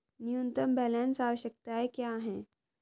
न्यूनतम बैलेंस आवश्यकताएं क्या हैं?